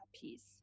piece